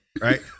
right